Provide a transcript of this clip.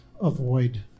avoid